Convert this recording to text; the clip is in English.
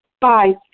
Bye